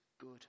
good